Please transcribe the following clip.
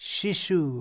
Shishu